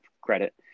credit